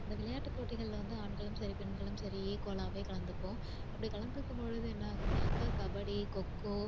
இந்த விளையாட்டு போட்டிகளில் வந்து ஆண்களும் சரி பெண்களும் சரி ஈக்குவலாவே கலந்துப்போம் அப்படி கலந்துக்கும்பொழுது என்னாகும்னாக்கா கபடி கொக்கோ